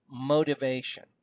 motivation